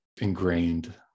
ingrained